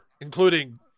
including